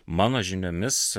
mano žiniomis